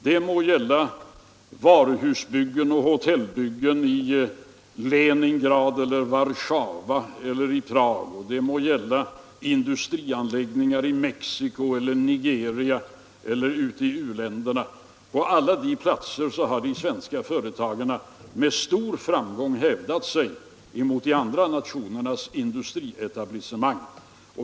Det må gälla varuhusoch hotellbyggnader i Leningrad eller Warzawa eller Prag. Det må gälla industrianläggningar i Mexico, Nigeria eller i u-länderna. På alla de platserna har de svenska företagen med stor framgång hävdat sig mot de andra nationernas industrietablissemang.